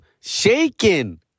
shaken